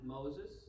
Moses